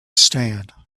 stand